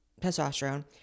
testosterone